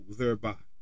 thereby